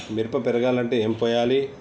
మిరప పెరగాలంటే ఏం పోయాలి?